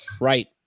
Right